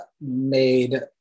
made